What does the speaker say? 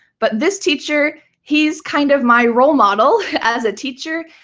but this teacher, he's kind of my role model. as a teacher,